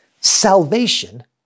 salvation